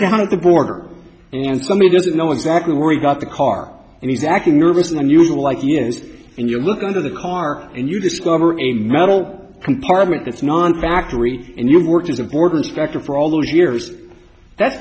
down at the border and somebody doesn't know exactly where he got the car and he's acting nervous and you like yes and you look under the car and you discover a metal compartment that's non factory and you've worked as important structure for all those years that's